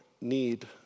need